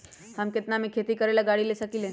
हम केतना में खेती करेला गाड़ी ले सकींले?